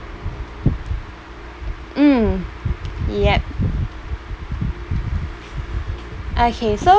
mm yup okay so